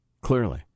Clearly